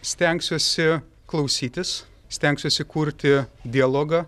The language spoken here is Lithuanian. stengsiuosi klausytis stengsiuosi kurti dialogą